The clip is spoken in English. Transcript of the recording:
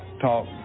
talk